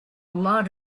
lot